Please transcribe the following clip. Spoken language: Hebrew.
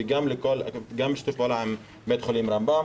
וגם בשיתוף עם בית החולים רמב"ם,